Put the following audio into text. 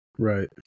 Right